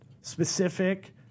Specific